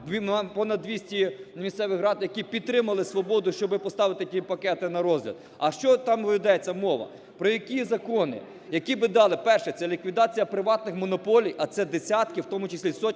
понад 200 місцевих рад, що підтримали "Свободу", щоби поставити ті пакети на розгляд. А що там ведеться мова, про які закони. Які би дали: перше – це ліквідація приватних монополій, а це десятки, в тому числі сотні